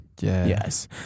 Yes